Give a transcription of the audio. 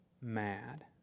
mad